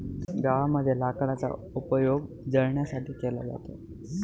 गावामध्ये लाकडाचा उपयोग जळणासाठी केला जातो